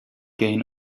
gain